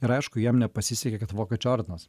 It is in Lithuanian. ir aišku jiem nepasisekė kad vokiečių ordinas